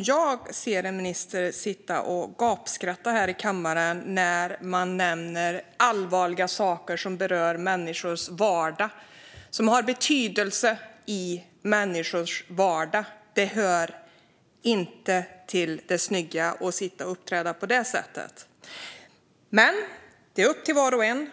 jag ser en minister sitta och gapskratta här i kammaren när man nämner allvarliga saker som berör människors vardag, som har betydelse i människors vardag. Det hör inte till det snygga att uppträda på det sättet. Men det är upp till var och en.